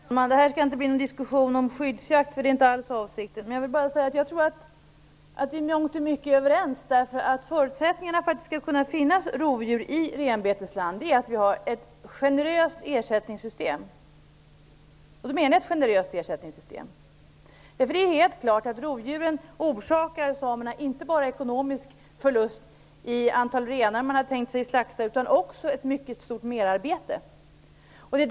Herr talman! Det här skall inte bli någon diskussion om skyddsjakt - det är inte alls avsikten. Jag vill bara säga att jag tror att vi i mångt och mycket är överens. Förutsättningarna för att det skall kunna finnas rovdjur i renbetesland är att vi har ett generöst ersättningssystem. Det är helt klart att rovdjuren orsakar samerna förluster inte bara när det gäller det antal renar som man kan slakta utan också i form av ett stort merarbete.